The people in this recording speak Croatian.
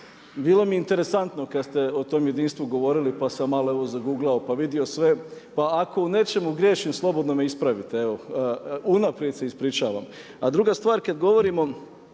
bilo mi je interesantno kad ste o tom jedinstvu govorili pa sam malo evo zaguglao pa vidio sve. Pa ako u nečemu griješim slobodno me ispravite. Evo, unaprijed se ispričavam. A druga stvar, kad govorimo